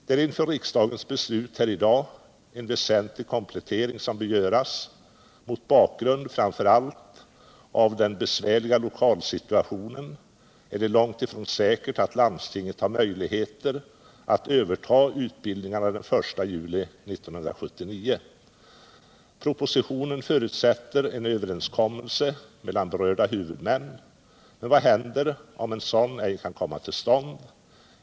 Det är inför riksdagens beslut här i dag en väsentlig komplettering som bör göras. Mot bakgrund framför allt av den besvärliga lokalsituationen är det långt ifrån säkert att landstinget har möjligheter att överta utbildningarna den 1 juli 1979. Propositionen förutsätter en överenskommelse mellan berörda huvudmän. Vad händer om en sådan inte kan komma till stånd?